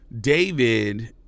David